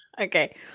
Okay